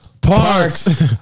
Parks